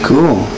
Cool